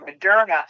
Moderna